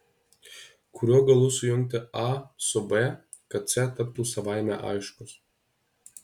kuriuo galu sujungti a su b kad c taptų savaime aiškus